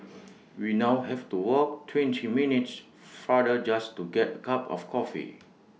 we now have to walk twenty minutes farther just to get A cup of coffee